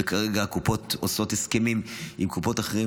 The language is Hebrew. וכרגע הקופות עושות הסכמים עם קופות אחרות.